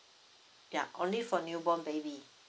yup only for newborn baby